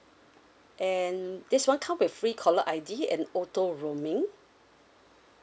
and this one come with free caller I_D and auto roaming